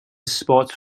spot